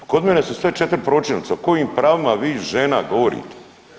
Kod mene su sve 4 pročelnice, o kojim pravima vi žena govorite.